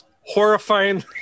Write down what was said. horrifying